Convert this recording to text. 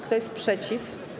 Kto jest przeciw?